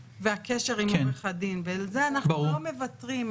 והקשר עם עורך הדין ועל זה אנחנו לא מוותרים.